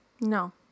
no